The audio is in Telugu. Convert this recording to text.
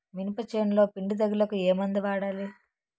మినప చేనులో పిండి తెగులుకు ఏమందు వాడాలి?